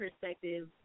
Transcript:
perspective